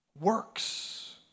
works